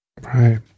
Right